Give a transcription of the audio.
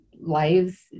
lives